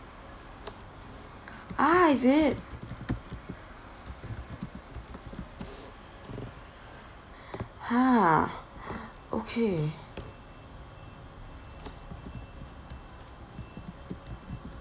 ah is it !huh! okay